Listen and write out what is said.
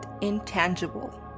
intangible